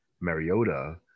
Mariota